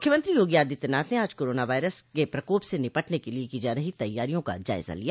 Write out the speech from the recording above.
मुख्यमंत्री योगी आदित्यनाथ ने आज कोरोना वायरस के प्रकोप से निपटने के लिए की जा रही तैयारियों का जायजा लिया